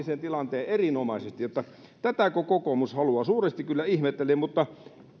sen tilanteen erinomaisesti niin tätäkö kokoomus haluaa suuresti kyllä ihmettelen mutta